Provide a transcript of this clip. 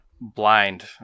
blind